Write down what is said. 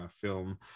film